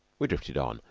we drifted on,